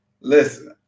listen